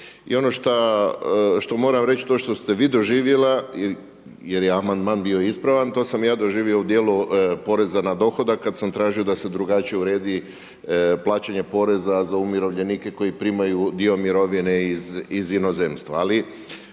I ono što moram reći, to što ste vi doživjela, jer je amandman bio ispravan, to sam i ja doživio u dijelu poreza na dohodak kada sam tražio da se drugačije uredi plaćanje poreza za umirovljenike koji primaju dio mirovine iz inozemstva.